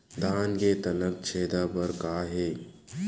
धान के तनक छेदा बर का हे?